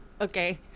Okay